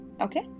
okay